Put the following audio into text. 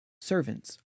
servants